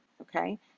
Okay